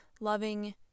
loving